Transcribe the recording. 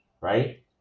right